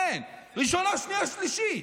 אין, ראשונה, שנייה, שלישית.